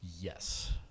Yes